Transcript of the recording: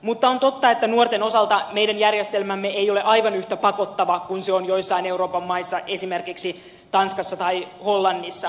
mutta on totta että nuorten osalta meidän järjestelmämme ei ole aivan yhtä pakottava kun se on joissain euroopan maissa esimerkiksi tanskassa tai hollannissa